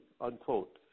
unquote